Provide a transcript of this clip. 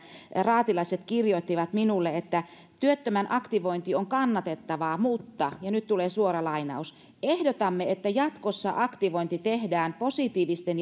raatilaiset kirjoittivat minulle että työttömän aktivointi on kannatettavaa mutta ja nyt tulee suora lainaus ehdotamme että jatkossa aktivointi tehdään positiivisten